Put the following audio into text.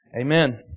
Amen